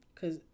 Cause